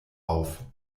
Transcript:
auf